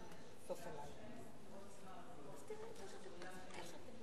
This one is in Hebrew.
חברת הכנסת אדטו